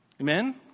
Amen